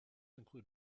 include